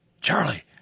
Charlie